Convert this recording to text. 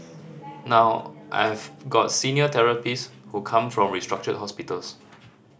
now I've got senior therapist who come from restructured hospitals